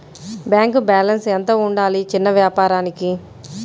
Bank balance ఎంత ఉండాలి చిన్న వ్యాపారానికి?